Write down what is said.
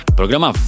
programa